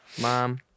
Mom